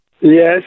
Yes